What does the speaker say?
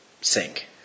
sink